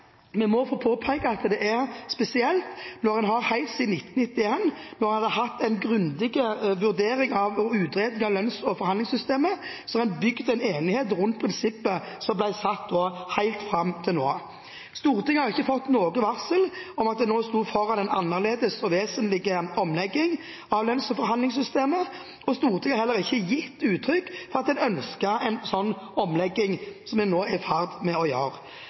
vi må få påpeke at det er spesielt når man helt siden 1991, da man hadde hatt en grundig vurdering av og utredning av lønns- og forhandlingssystemet, har bygget en enighet rundt prinsippet som ble nedsatt da, og som har gjeldt helt fram til nå. Stortinget har ikke fått noe varsel om at vi nå sto foran en vesentlig omlegging av lønns- og forhandlingssystemet, og Stortinget har heller ikke gitt uttrykk for at en ønsket en sånn omlegging som vi nå er i ferd med å